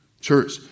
Church